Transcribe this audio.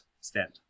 stand